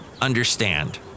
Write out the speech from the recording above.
understand